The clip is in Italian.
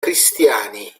cristiani